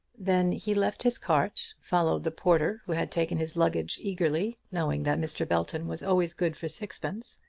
then he left his cart, followed the porter who had taken his luggage eagerly, knowing that mr. belton was always good for sixpence,